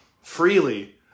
freely